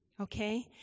Okay